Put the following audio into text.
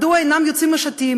מדוע לא יוצאים משטים?